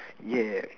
ya